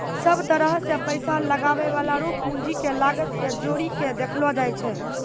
सब तरह से पैसा लगबै वाला रो पूंजी के लागत के जोड़ी के देखलो जाय छै